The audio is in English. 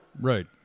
Right